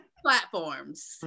platforms